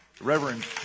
reverend